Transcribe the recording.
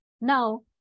Now